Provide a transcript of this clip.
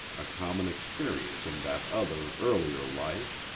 a common experience in that other, earlier life.